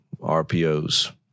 rpos